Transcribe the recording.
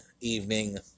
evening